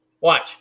Watch